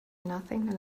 nothing